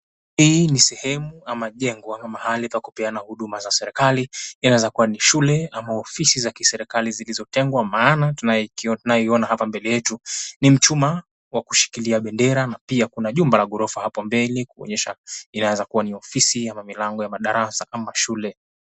Hii ni sehemu ama jengo ama mahali pa kupeana huduma za serikali, inaweza kuwa ni shule ama ofisi za kiserikali zilizotengwa. Maana tunayoiona hapa mbele yetu ni mchuma wa kushikilia bendera na pia kuna jumba la ghorofa hapo mbele, kuonyesha inaweza kuwa ni ofisi ama milango ya madarasa ama shule.